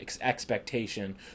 expectation